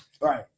Right